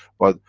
but,